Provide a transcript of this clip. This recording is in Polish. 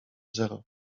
zero